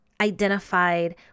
identified